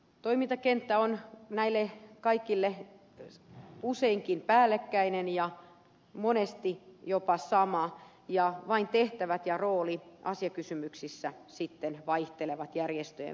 toimintakenttä on näille kaikille useinkin päällekkäinen ja monesti jopa sama ja vain tehtävät ja rooli asiakysymyksissä sitten vaihtelevat järjestöjen välillä